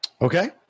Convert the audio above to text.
Okay